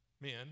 men